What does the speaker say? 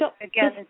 again